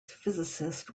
physicist